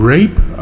Rape